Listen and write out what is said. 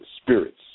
spirits